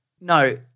No